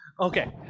Okay